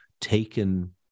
taken